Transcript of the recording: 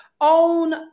own